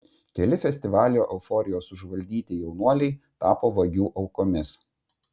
keli festivalio euforijos užvaldyti jaunuoliai tapo vagių aukomis